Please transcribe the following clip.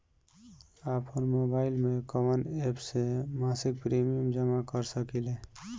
आपनमोबाइल में कवन एप से मासिक प्रिमियम जमा कर सकिले?